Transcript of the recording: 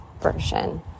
version